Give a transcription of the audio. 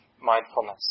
mindfulness